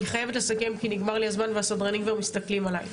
אני חייבת לסיים כי נגמר לי הזמן והסדרנים כבר מסתכלים עליי,